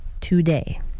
today